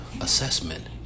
assessment